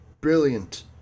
Brilliant